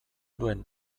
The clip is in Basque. duen